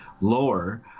lower